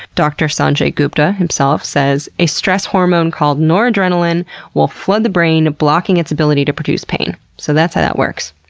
dr. sanjay gupta himself says, a stress hormone called noradrenaline will flood the brain, blocking its ability to produce pain. so that's how that works.